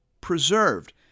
preserved